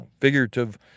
figurative